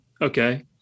okay